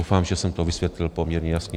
Doufám, že jsem to vysvětlil poměrně jasně.